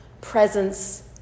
presence